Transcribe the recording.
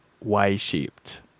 y-shaped